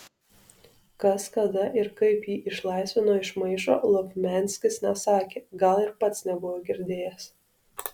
kas kada ir kaip jį išlaisvino iš maišo lovmianskis nesakė gal ir pats nebuvo girdėjęs